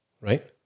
right